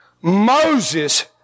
Moses